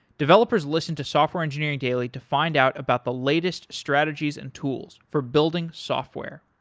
developers listen to software engineering daily to find out about the latest strategies and tools for building software.